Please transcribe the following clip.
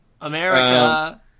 America